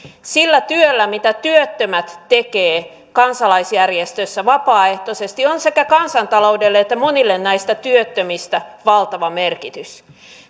sillä työllä mitä työttömät tekevät kansalaisjärjestöissä vapaaehtoisesti on sekä kansantaloudelle että monille näistä työttömistä valtava merkitys